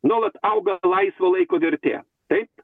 nuolat auga laisvo laiko vertė taip